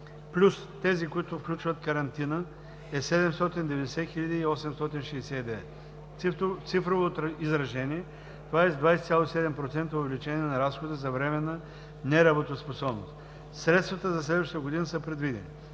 плюс тези, които включват карантина, е 790 869. В цифрово изражение това е с 20,7% увеличение на разхода за временна неработоспособност. Средствата за следващата година са предвидени.